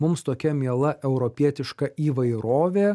mums tokia miela europietiška įvairovė